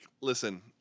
Listen